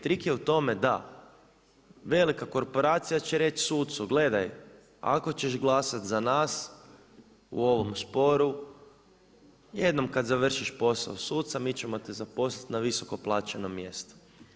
Trik je u tome da velika korporacija će reći sucu gledaj, ako ćeš glasat za nas, u ovom sporu, jednom kad završiš posao suca, mi ćemo te zaposliti na visoko plaćeno mjesto.